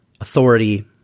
authority